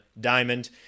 Diamond